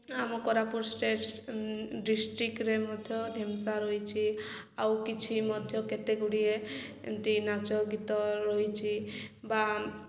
ଆମ କୋରାପୁୁଟ ଷ୍ଟେଟ୍ ଡିଷ୍ଟ୍ରିକଟ୍ରେ ମଧ୍ୟ ଢେମସା ରହିଛି ଆଉ କିଛି ମଧ୍ୟ କେତେ ଗୁଡ଼ିଏ ଏମିତି ନାଚ ଗୀତ ରହିଛି ବା